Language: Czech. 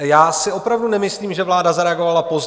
Já si opravdu nemyslím, že vláda zareagovala pozdě.